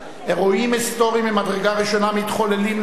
אירועים היסטוריים ממדרגה ראשונה מתחוללים לנגד